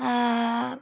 ᱟᱨ